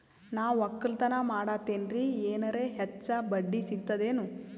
ನಾ ಒಕ್ಕಲತನ ಮಾಡತೆನ್ರಿ ಎನೆರ ಹೆಚ್ಚ ಬಡ್ಡಿ ಸಿಗತದೇನು?